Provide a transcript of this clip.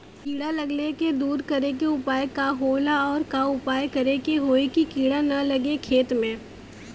कीड़ा लगले के दूर करे के उपाय का होला और और का उपाय करें कि होयी की कीड़ा न लगे खेत मे?